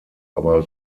aber